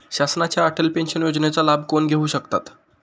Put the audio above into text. शासनाच्या अटल पेन्शन योजनेचा लाभ कोण घेऊ शकतात?